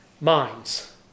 minds